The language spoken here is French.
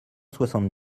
soixante